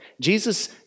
Jesus